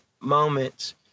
moments